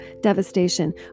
devastation